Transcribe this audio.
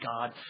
God